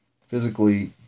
physically